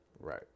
Right